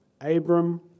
Abram